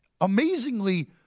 Amazingly